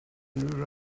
unrhyw